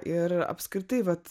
ir apskritai vat